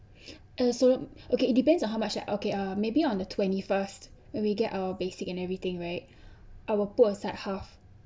uh so okay it depends on how much like okay ah maybe on the twenty first where we get our basic and everything right I'll put aside half